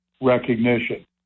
recognition